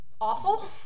awful